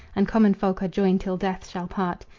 and common folk are joined till death shall part.